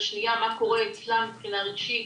אלא שנייה מה קורה אצלם מבחינה רגשית,